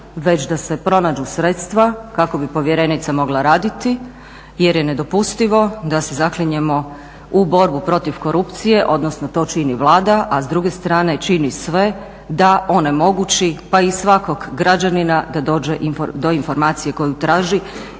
već da se pronađu sredstva kako bi povjerenica mogla raditi jer je nedopustivo da se zaklinjemo u borbu protiv korupcije, odnosno to čini Vlada a s druge strane čini sve da onemogući pa i svakog građanina da dođe do informacije koju traži.